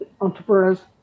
entrepreneurs